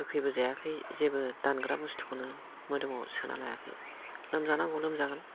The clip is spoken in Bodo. गोखैबो जायाखै जेबो दानग्रा बुस्थुखौनो मोदोमाव सोना लायाखै लोमजानांगौ लोमजागोन